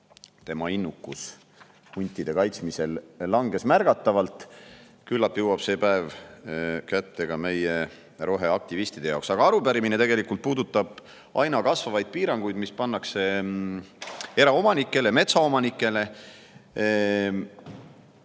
tema innukus huntide kaitsmisel langes märgatavalt. Küllap jõuab see päev kätte ka meie roheaktivistide jaoks. Aga arupärimine puudutab aina kasvavaid piiranguid, mis pannakse eraomanikele, metsaomanikele.